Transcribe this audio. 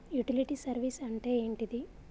Utility service అంటే ఏంటిది?